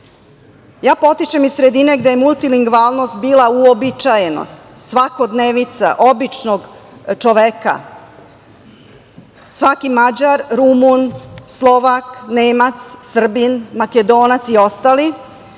potičem iz sredine gde je multilingvalnost bila uobičajenost, svakodnevnica običnog čoveka. Svaki Mađar, Rumun, Slovak, Nemac, Srbin, Makedonac i ostali